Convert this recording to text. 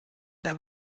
der